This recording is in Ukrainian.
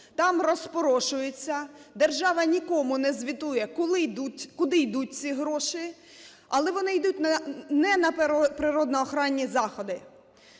там розпорошуються, держава нікому не звітує, куди йдуть ці гроші, але вони йдуть не на природоохоронні заходи.